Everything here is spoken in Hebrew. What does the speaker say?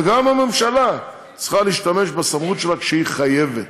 וגם הממשלה צריכה להשתמש בסמכות שלה כשהיא חייבת.